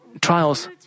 trials